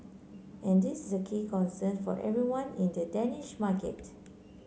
and this is a key concern for everyone in the Danish market